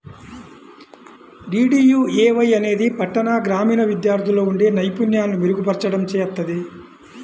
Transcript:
DDUAY అనేది పట్టణ, గ్రామీణ విద్యార్థుల్లో ఉండే నైపుణ్యాలను మెరుగుపర్చడం చేత్తది